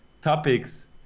topics